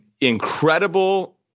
incredible